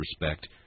respect